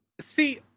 see